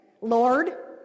Lord